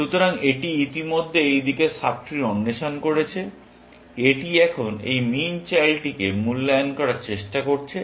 সুতরাং এটি ইতিমধ্যে এই দিকের সাব ট্রি অন্বেষণ করেছে এটি এখন এই মিন চাইল্ডটিকে মূল্যায়ন করার চেষ্টা করছে